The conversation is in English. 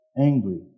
angry